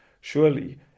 surely